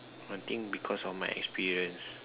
one thing because of my experience